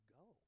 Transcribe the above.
go